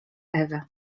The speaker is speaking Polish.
ewy